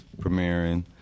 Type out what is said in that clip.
premiering